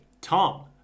Tom